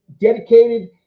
dedicated